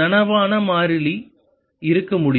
நனவான மாறிலி இருக்க முடியும்